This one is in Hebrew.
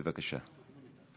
בבקשה.